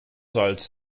salz